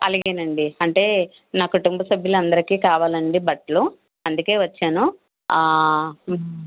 అలాగేనండి అంటే మా కుటుంబ సబ్యులు అందరికి కావాలండి బట్టలు అందుకే వచ్చాను ఆ